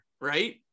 right